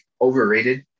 overrated